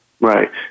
Right